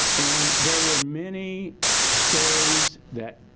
and there were many stories that